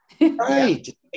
Right